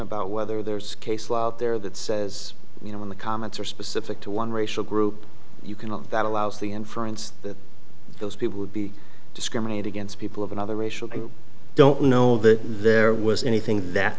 about whether there's case law out there that says you know when the comments are specific to one racial group you cannot that allows the inference that those people would be discriminate against people of another racial i don't know that there was anything that